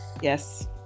yes